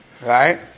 right